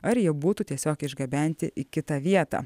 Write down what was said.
ar jie būtų tiesiog išgabenti į kitą vietą